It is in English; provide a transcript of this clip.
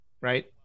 right